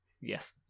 Yes